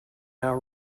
our